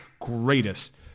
greatest